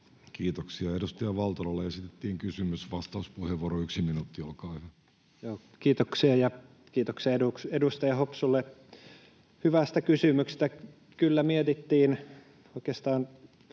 Kiitoksia. — Edustaja Valtolalle esitettiin kysymys. — Vastauspuheenvuoro, yksi minuutti, olkaa hyvä. Kiitoksia! Ja kiitoksia edustaja Hopsulle hyvästä kysymyksestä. Kyllä mietittiin oikeastaan